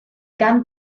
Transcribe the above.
gan